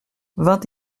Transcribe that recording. vingt